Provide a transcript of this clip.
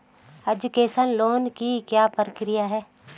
Education loan की क्या प्रक्रिया है?